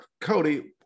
Cody